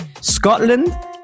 scotland